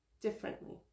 differently